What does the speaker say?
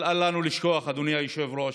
אבל אל לנו לשכוח, אדוני היושב-ראש: